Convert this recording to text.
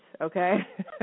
okay